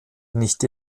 nicht